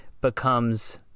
becomes